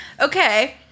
Okay